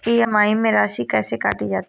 EMI में राशि कैसे काटी जाती है?